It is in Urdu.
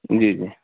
جی جی